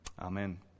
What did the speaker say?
Amen